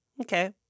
okay